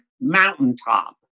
mountaintop